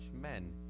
men